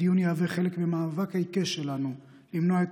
הדיון יהיה חלק מהמאבק העיקש שלנו למנוע את